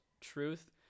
truth